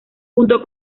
junto